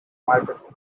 market